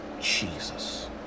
jesus